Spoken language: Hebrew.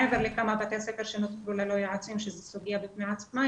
מעבר לכמה בתי ספר שנותרו ללא יועצים שזו סוגיה בפני עצמה,